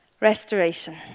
restoration